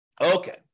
Okay